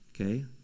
Okay